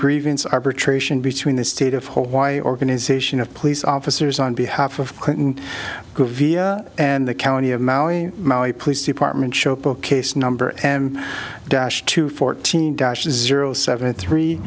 grievance arbitration between the state of hawaii organization of police officers on behalf of clinton via and the county of maui police department show book case number and dash two fourteen dash zero seven three